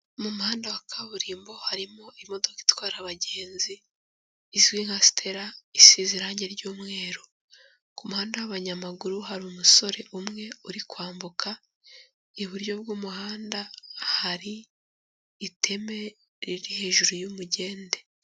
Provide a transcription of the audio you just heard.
Mu muhanda wa kaburimbo harimo imodoka itwara abagenzi izwi nka Stella, isize irange ry'umweru, ku muhanda w'abanyamaguru hari umusore umwe uri kwambuka, iburyo bw'umuhanda hari iteme riri hejuru y'umugende.